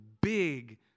big